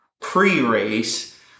pre-race